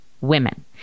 women